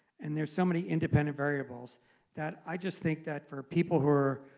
and there are so many independent variables that i just think that for people who are